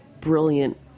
brilliant